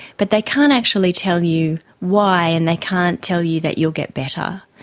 but they can't actually tell you why and they can't tell you that you'll get better.